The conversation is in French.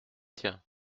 tiens